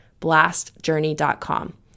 blastjourney.com